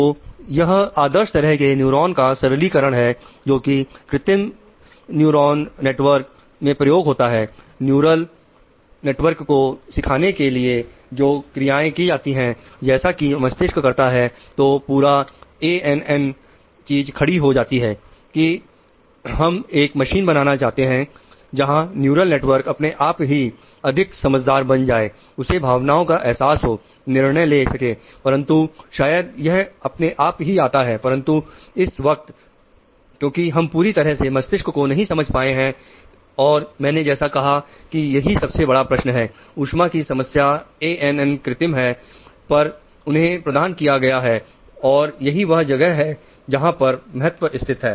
तो यह आदर्श तरह के न्यूरॉन का सरलीकरण है जोकि कृतिम न्यूरल नेटवर्क कृतिम है पर उन्हें प्रदान किया गया है और यही वह जगह है जहां पर महत्व स्थित है